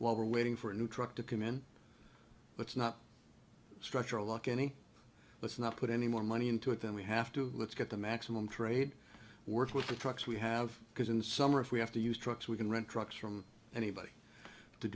while we're waiting for a new truck to commend let's not structure a lock any let's not put any more money into it than we have to let's get the maximum trade work with the trucks we have because in summer if we have to use trucks we can rent trucks from anybody to